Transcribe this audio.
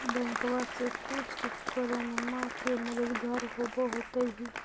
बैंकबा से कुछ उपकरणमा के मददगार होब होतै भी?